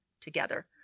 together